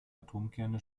atomkerne